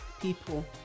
people